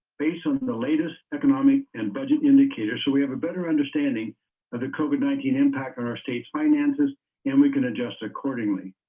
based on the latest economic and budget indicator, so we have a better understanding of the covid nineteen impact on our state's finances and we can adjust accordingly.